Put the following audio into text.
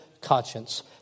conscience